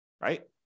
right